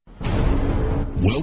Welcome